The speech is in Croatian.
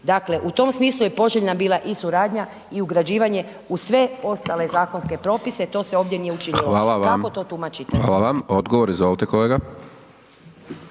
Dakle, u tom smislu je poželjna bila i suradnja i ugrađivanje u sve ostale zakonske propise, to se ovdje nije učinilo…/Upadica: Hvala vam/…kako to tumačite? **Hajdaš Dončić, Siniša